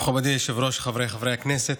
מכובדי היושב-ראש, חבריי חברי הכנסת,